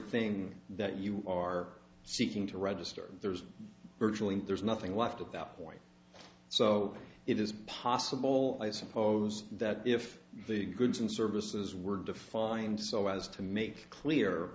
thing that you are seeking to register there's virtually there's nothing left at that point so it is possible i suppose that if the goods and services were defined so as to make clear